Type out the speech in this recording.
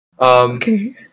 okay